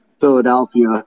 Philadelphia